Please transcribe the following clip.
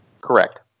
Correct